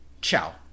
Ciao